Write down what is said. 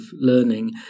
learning